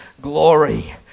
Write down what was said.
glory